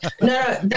no